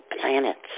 planets